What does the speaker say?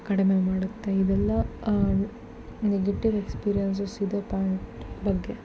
ಕಡಿಮೆ ಮಾಡುತ್ತೆ ಇದೆಲ್ಲ ನೆಗಟೀವ್ ಎಕ್ಸ್ಪೀರಿಯೆನ್ಸಸ್ ಇದೆ ಪ್ಯಾಂಟ್ ಬಗ್ಗೆ